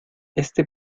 este